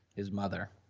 his mother